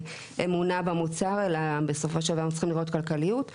אמונה במוצר אלא בסופו של דבר הם צריכים לראות כלכליות,